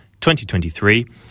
2023